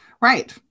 right